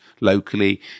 locally